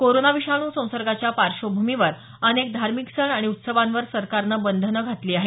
corona विषाणू संसर्गाच्या पार्श्वभूमीवर अनेक धार्मिक सण आणि उत्सवांवर सरकारनं बंधनं घातली आहेत